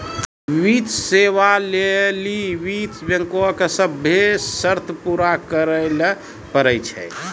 वित्तीय सेवा लै लेली वित्त बैंको के सभ्भे शर्त पूरा करै ल पड़ै छै